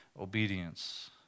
obedience